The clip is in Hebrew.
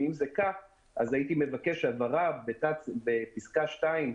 ואם זה כך, הייתי מבקש הבהרה בפסקה (2)